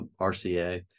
RCA